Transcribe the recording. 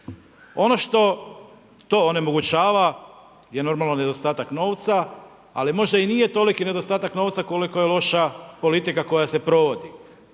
Ono što to onemogućava je normalno nedostatak novca, ali možda i nije toliki nedostatak novca koliko je loša politika koja se provodi.